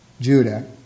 Judah